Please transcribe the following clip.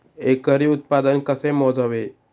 एकरी उत्पादन कसे मोजावे?